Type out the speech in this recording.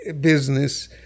business